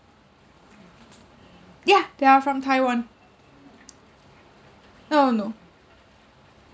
yeah they are from taiwan no no